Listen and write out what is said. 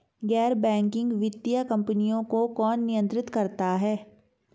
गैर बैंकिंग वित्तीय कंपनियों को कौन नियंत्रित करता है?